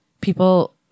People